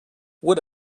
what